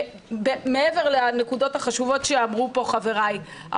מעבר לנקודות החשובות שאמרו פה חבריי,